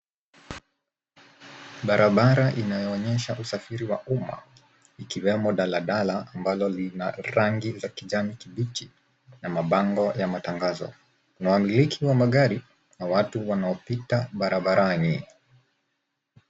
Barabara inayoonyesha usafiri wa umma ikiwemo daladala ambalo lina rangi za kijani kibichi na mabango ya matangazo. Na wamiliki wa magari na watu wanaopita barabarani.